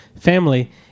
family